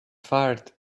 fired